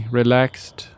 relaxed